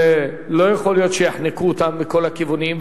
ולא יכול להיות שיחנקו אותם מכל הכיוונים.